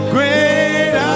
Great